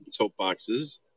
soapboxes